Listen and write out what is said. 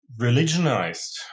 religionized